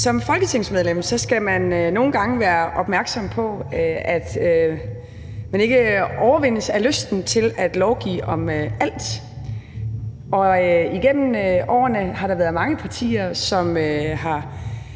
Som folketingsmedlem skal man nogle gange være opmærksom på, at man ikke overmandes af lysten til at lovgive om alt, og igennem årene har der været mange partier, som har